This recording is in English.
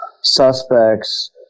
suspects